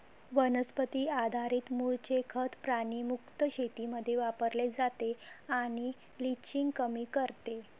वनस्पती आधारित मूळचे खत प्राणी मुक्त शेतीमध्ये वापरले जाते आणि लिचिंग कमी करते